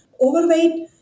overweight